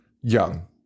young